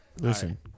listen